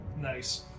Nice